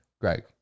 greg